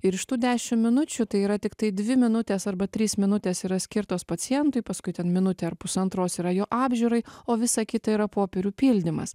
ir iš tų dešim minučių tai yra tiktai dvi minutės arba trys minutės yra skirtos pacientui paskui ten minutė ar pusantros yra jo apžiūrai o visa kita yra popierių pildymas